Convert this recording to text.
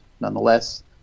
nonetheless